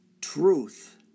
Truth